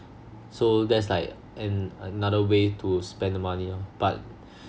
so that's like an another way to spend the money lor but